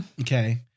Okay